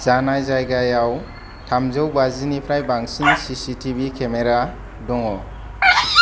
जानाय जायगायाव थामजौ बाजि निफ्राय बांसिन सीसीटीवी केमेरा दङ